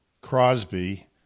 Crosby